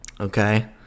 Okay